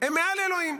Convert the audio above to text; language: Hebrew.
הם מעל אלוהים.